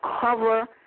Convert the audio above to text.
cover